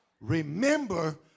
remember